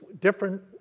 different